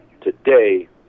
today